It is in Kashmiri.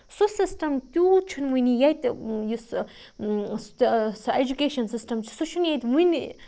سُہ سِسٹم تیوٗت چھُ ؤنہِ ییٚتہِ یُس سُہ اٮ۪جوکیشَن سِسٹم چھُ سُہ چھُنہٕ ییٚتہِ ؤنہِ